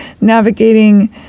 navigating